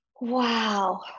Wow